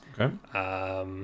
Okay